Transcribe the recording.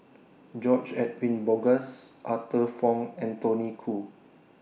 George Edwin Bogaars Arthur Fong and Tony Khoo